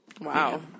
Wow